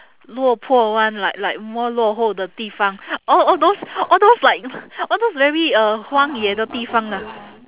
落魄 [one] like like more 落后的地方 all all those all those like all those very uh 荒野的地方啦